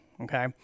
okay